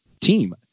team